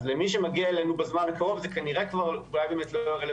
אז למי שמגיע אלינו בזמן הקרוב זה כנראה כבר לא רלוונטי,